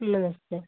नमस्ते